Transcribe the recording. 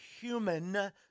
human